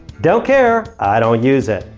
don't care. i don't use it.